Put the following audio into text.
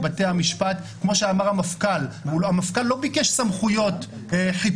אלא המטרה היא באמת הקמת מחלקה ייעודית או הרחבת